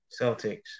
Celtics